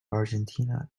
argentina